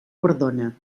perdona